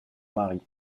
mari